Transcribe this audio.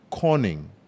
conning